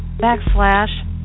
backslash